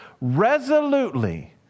resolutely